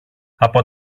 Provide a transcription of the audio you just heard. από